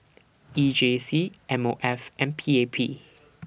E J C M O F and P A P